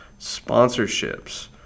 sponsorships